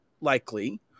likely